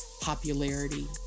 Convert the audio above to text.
popularity